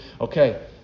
okay